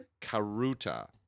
Karuta